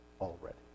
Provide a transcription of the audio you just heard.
already